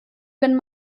wenn